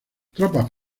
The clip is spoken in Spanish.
tropas